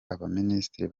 abaminisitiri